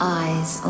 eyes